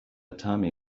tommy